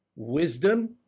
wisdom